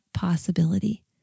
possibility